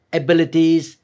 abilities